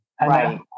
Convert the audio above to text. Right